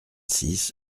six